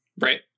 Right